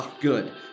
Good